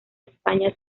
españa